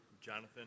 Jonathan